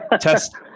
test